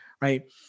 right